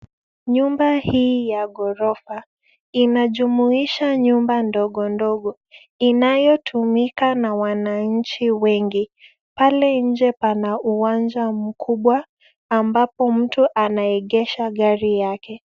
Nyumba hii ya ghorofa inajumuisha nyumba ndogondogo. Inayotumika na wananchi wengi. Pale nje kuna uwanja mkubwa ambapo mtu anaegesha gari yake.